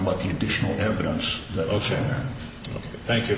about the additional evidence that osha thank you